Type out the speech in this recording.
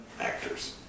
actors